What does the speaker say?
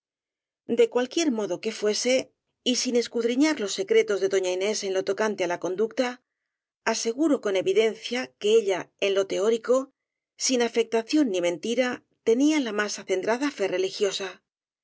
de cualquier modo que fuese y sin escudriñar los secretos de doña inés en lo tocante á la conducta aseguro con evidencia que ella en lo teórico sin afectación ni mentira tenía la más acendrada fe